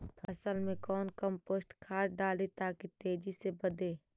फसल मे कौन कम्पोस्ट खाद डाली ताकि तेजी से बदे?